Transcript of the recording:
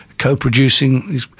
Co-producing